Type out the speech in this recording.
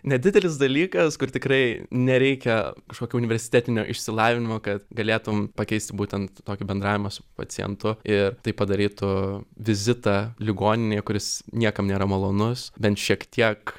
nedidelis dalykas kur tikrai nereikia kažkokio universitetinio išsilavinimo kad galėtum pakeisti būtent tokį bendravimą su pacientu ir tai padarytų vizitą ligoninėje kuris niekam nėra malonus bent šiek tiek